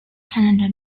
canada